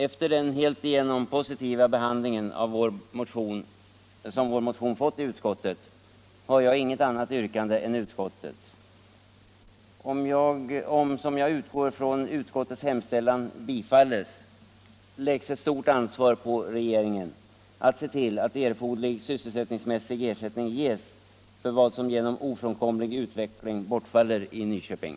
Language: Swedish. Efter den helt igenom positiva behandling som vår motion fått i utskottet har jag inget annat yrkande än utskottet. Om, som jag utgår ifrån, utskottets hemställan bifalles, läggs ett stort ansvar på regeringen att se till att erforderlig sysselsättningsmässig ersättning ges för vad som genom en ofrånkomlig utveckling bortfaller i Nyköping.